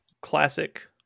classic